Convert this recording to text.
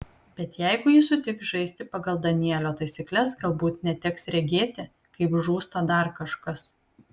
bet jeigu ji sutiks žaisti pagal danielio taisykles galbūt neteks regėti kaip žūsta dar kažkas